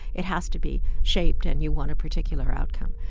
it has to be shaped and you want a particular outcome.